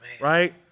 Right